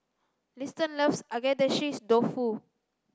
Liston loves Agedashi dofu